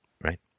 Right